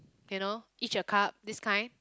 you know Each-a-Cup this kind